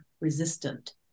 resistant